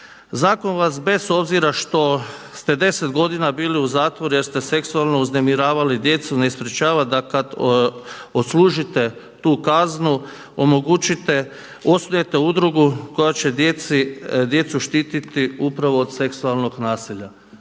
Zakon vas bez obzira što ste 10 godina bili u zatvoru jer ste seksualno uznemiravali djecu ne sprječava da kada odslužite tu kaznu, omogućite, osnujete udrugu koja će djecu štiti upravo od seksualnog nasilja.